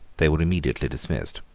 they were immediately dismissed.